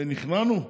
נכנענו?